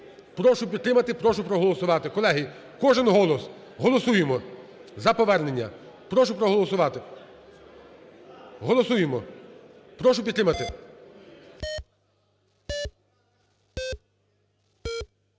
Прошу підтримати, прошу проголосувати. Колеги, кожен голос, голосуємо за повернення. Прошу проголосувати. Голосуємо. Прошу підтримати.